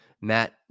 Matt